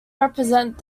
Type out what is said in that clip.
represent